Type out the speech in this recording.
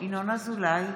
ינון אזולאי,